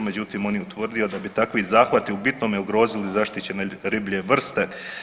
Međutim, on je utvrdio da bi takvi zahvati u bitnome ugrozili zaštićene riblje vrste.